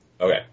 Okay